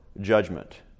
judgment